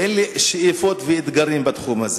ואין לי שאיפות ואתגרים בתחום הזה.